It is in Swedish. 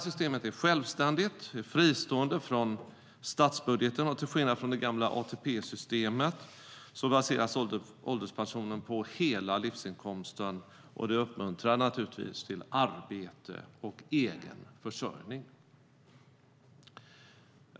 Systemet är självständigt, fristående från statsbudgeten, och till skillnad från det gamla ATP-systemet baseras ålderspensionen på hela livsinkomsten, vilket naturligtvis uppmuntrar till arbete och egen försörjning.